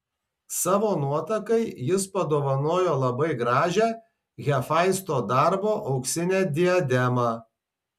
savo nuotakai jis padovanojo labai gražią hefaisto darbo auksinę diademą